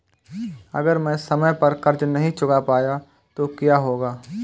अगर मैं समय पर कर्ज़ नहीं चुका पाया तो क्या होगा?